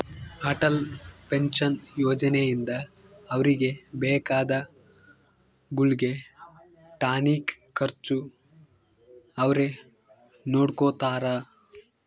Atal pension ಯೋಜನೆ ಇಂದ ಅವ್ರಿಗೆ ಬೇಕಾದ ಗುಳ್ಗೆ ಟಾನಿಕ್ ಖರ್ಚು ಅವ್ರೆ ನೊಡ್ಕೊತಾರ